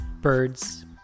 Birds